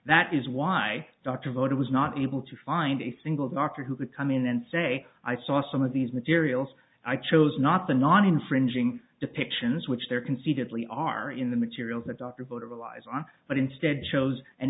that is why dr vote was not able to find a single doctor who would come in and say i saw some of these materials i chose not the non infringing depictions which there conceivably are in the materials that dr vote relies on but instead chose and